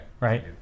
Right